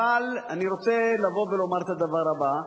אבל אני רוצה לבוא ולומר את הדבר הבא: